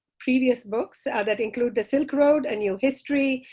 previous books that include the silk road a new history,